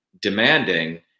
demanding